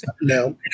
No